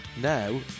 now